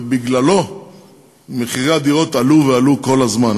ובגללו מחירי הדירות עלו ועלו כל הזמן.